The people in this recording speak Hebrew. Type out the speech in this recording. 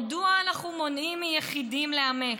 מדוע אנחנו מונעים מיחידים לאמץ,